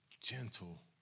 Gentle